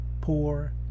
poor